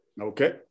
okay